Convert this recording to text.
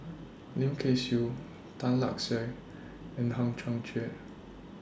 Lim Kay Siu Tan Lark Sye and Hang Chang Chieh